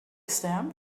stamp